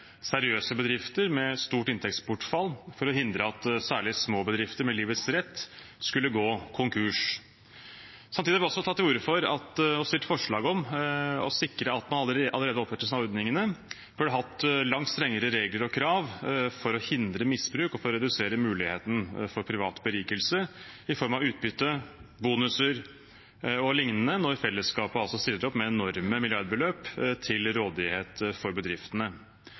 seriøse bedrifter med et stort inntektsbortfall for å hindre at særlig små bedrifter med livets rett skulle gå konkurs. Samtidig har vi tatt til orde for og fremmet forslag om å sikre at man allerede ved opprettelsen av disse ordningene burde hatt langt strengere regler og krav for å hindre misbruk og redusere muligheten for privat berikelse i form av utbytte, bonuser og liknende når fellesskapet stiller opp med enorme milliardbeløp til rådighet for bedriftene.